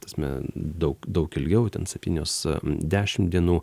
ta prasme daug daug ilgiau ten septynios dešimt dienų